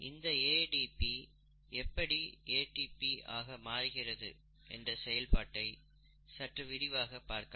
இந்த ADP எப்படி ATP ஆக மாறுகிறது என்ற செயல்பாட்டை சற்று விரிவாக பார்க்கலாம்